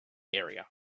area